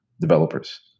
developers